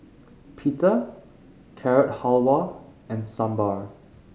Pita Carrot Halwa and Sambar